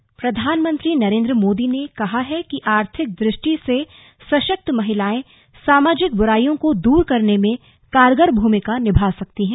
संवाद प्रधानमंत्री नरेन्द्र मोदी ने कहा है कि आर्थिक दृष्टि से सशक्त महिलाएं सामाजिक बुराइयों को दूर करने में कारगर भूमिका निभा सकती हैं